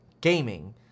gaming